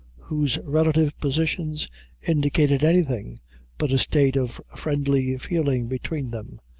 whose relative positions indicated anything but a state of friendly feeling between them.